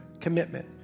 commitment